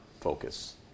focus